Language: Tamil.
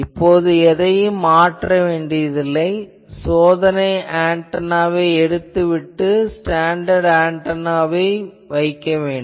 இப்போது எதையும் மாற்ற வேண்டியதில்லை சோதனை ஆன்டெனாவை எடுத்துவிட்டு ஸ்டாண்டர்ட் ஆன்டெனாவை வைக்க வேண்டும்